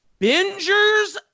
Bingers